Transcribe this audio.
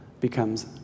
becomes